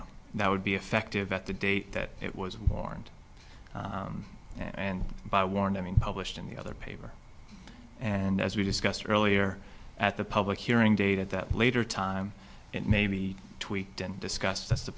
know that would be effective at the date that it was warned and by warner i mean published in the other paper and as we discussed earlier at the public hearing date at that later time it may be tweaked and discussed that's the